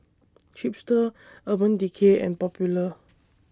Chipster Urban Decay and Popular